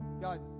God